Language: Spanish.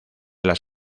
las